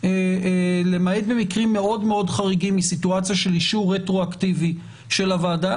למעט במקרים מאוד חריגים מסיטואציה של אישור רטרואקטיבי של הוועדה.